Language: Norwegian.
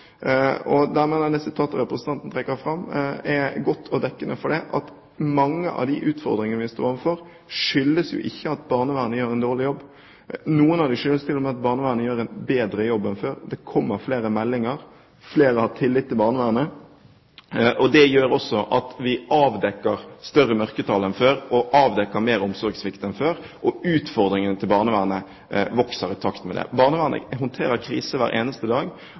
representanten trekker fram, er godt og dekkende – at mange av de utfordringene vi står overfor, ikke skyldes at barnevernet gjør en dårlig jobb. Noe skyldes til og med at barnevernet gjør en bedre jobb enn før. Det kommer flere meldinger, flere har tillit til barnevernet. Det gjør også at vi avdekker større mørketall enn før, avdekker mer omsorgssvikt enn før, og utfordringene til barnevernet vokser i takt med det. Barnevernet håndterer kriser hver eneste dag.